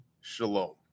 Shalom